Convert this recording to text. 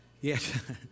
yes